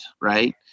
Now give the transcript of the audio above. Right